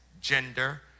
gender